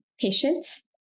patients